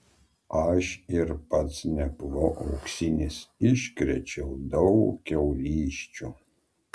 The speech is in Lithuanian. aš ir pats nebuvau auksinis iškrėčiau daug kiaulysčių